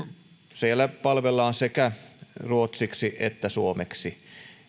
siellä palvellaan sekä ruotsiksi että suomeksi